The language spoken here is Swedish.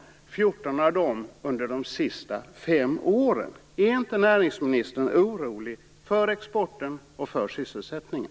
14 av de beställningarna har gjorts under de senaste fem åren. Är inte näringsministern orolig för exporten och sysselsättningen?